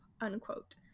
unquote